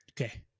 okay